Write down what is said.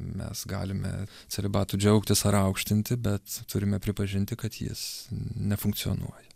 mes galime celibatu džiaugtis ar aukštinti bet turime pripažinti kad jis nefunkcionuoja